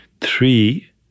Three